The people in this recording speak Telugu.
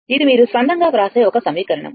ఇది మీరు స్వంతంగా వ్రాసే ఒక సమీకరణం